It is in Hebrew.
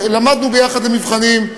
למדנו יחד למבחנים,